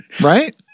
right